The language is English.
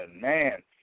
man